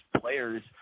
players